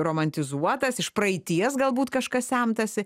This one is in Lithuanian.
romantizuotas iš praeities galbūt kažkas semtasi